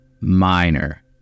minor